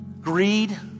Greed